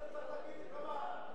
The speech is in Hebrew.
לא,